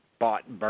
Bought